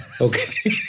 Okay